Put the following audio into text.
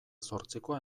zortzikoa